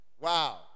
Wow